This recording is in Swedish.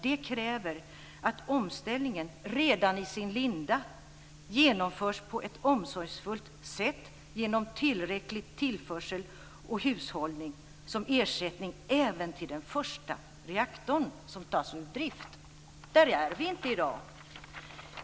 Det kräver att omställningen redan i sin linda genomförs på ett omsorgsfullt sätt genom tillräcklig tillförsel och hushållning som ersättning även till den första reaktorn som tas ur drift." Där är vi inte i dag.